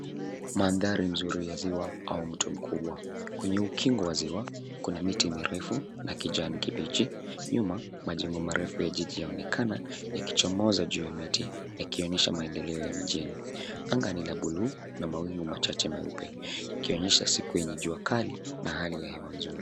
Mandhari mzuri ya ziwa au mto mkubwa. Kweye ukingo wa ziwa, kuna miti mirefu ya kijani kibichi. Nyuma majengo marefu ya jiji yaonekana yakichomoza juu ya miti yakionyesha maendeleo ya mijini. Anga ni la buluu na mawingu machache meupe ikionyesha siku yenye jua kali na hali ya hewa nzuri.